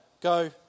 Go